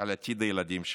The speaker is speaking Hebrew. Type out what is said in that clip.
על עתיד הילדים שלהם.